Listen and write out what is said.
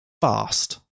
fast